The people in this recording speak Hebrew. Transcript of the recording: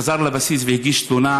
חזר לבסיס והגיש תלונה,